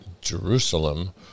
Jerusalem